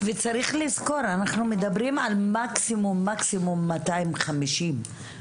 צריך לזכור, אנחנו מדברים על מקסימום 250 בשנה.